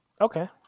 Okay